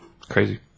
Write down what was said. crazy